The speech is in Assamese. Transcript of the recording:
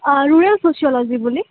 অঁ ৰুৰেল ছচিয়লজি বুলি